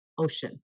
ocean